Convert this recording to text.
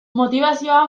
motibazioa